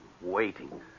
waiting